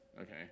Okay